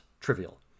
trivial